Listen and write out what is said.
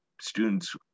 students